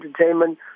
entertainment